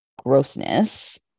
grossness